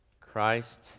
Christ